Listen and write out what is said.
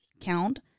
count